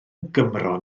gymro